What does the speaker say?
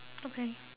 okay